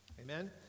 Amen